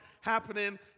happening